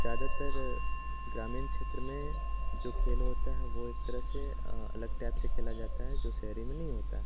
ज़्यादातर ग्रामीण क्षेत्र में जो खेल होता है वो एक तरह से अलग टैप से खेला जाता है जो शहरी में नहीं होता है